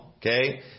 Okay